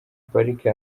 parike